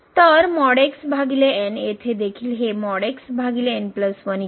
तर येथे देखील हे इत्यादि